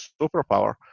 superpower